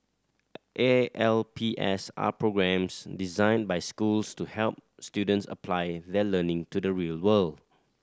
A L P S are programmes designed by schools to help students apply their learning to the real world